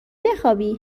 بخوابی